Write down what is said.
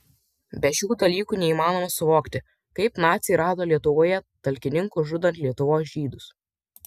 be šių dalykų neįmanoma suvokti kaip naciai rado lietuvoje talkininkų žudant lietuvos žydus